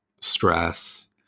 stress